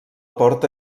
porta